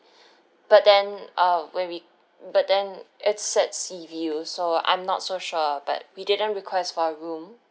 but then uh when we but then it said sea view so I'm not so sure but we didn't request for a room